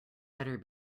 better